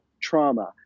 trauma